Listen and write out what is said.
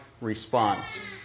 response